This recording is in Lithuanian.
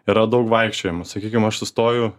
yra daug vaikščiojimo sakykim aš sustoju